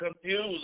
confused